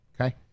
Okay